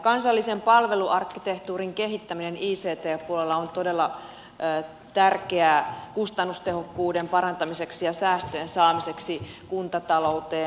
kansallisen palveluarkkitehtuurin kehittäminen ict puolella on todella tärkeää kustannustehokkuuden parantamiseksi ja säästöjen saamiseksi kuntatalouteen